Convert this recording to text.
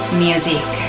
music